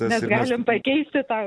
mes galim pakeisti tą